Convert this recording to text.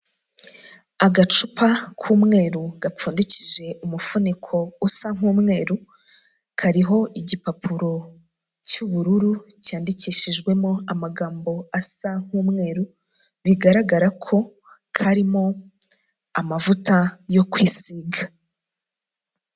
Agacupa k'umweru gapfundikije umufuniko usa nk'umweru, kariho igipapuro cy'ubururu cyandikishijwemo amagambo asa nku'umweru bigaragara ko karimo amavuta yo kwisiga.